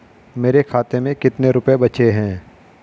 मेरे खाते में कितने रुपये बचे हैं?